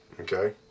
okay